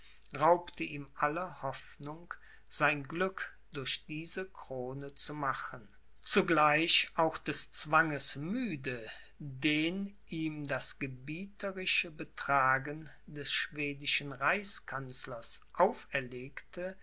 raubte ihm alle hoffnung sein glück durch diese krone zu machen zugleich auch des zwanges müde den ihm das gebieterische betragen des schwedischen reichskanzlers auferlegte